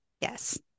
Yes